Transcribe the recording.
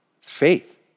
faith